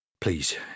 Please